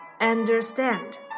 Understand